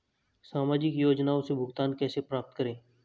सामाजिक योजनाओं से भुगतान कैसे प्राप्त करें?